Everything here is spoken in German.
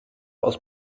aus